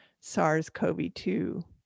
SARS-CoV-2